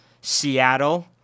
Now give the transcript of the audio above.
Seattle